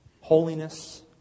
holiness